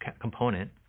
component